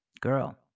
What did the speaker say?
Girl